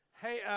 Hey